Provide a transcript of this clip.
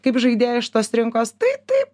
kaip žaidėjai iš tos trinkos tai taip